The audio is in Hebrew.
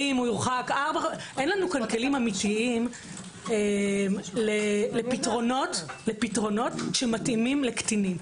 אין לנו כלים אמיתיים לפתרונות שמתאימים לקטינים.